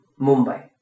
mumbai